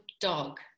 dog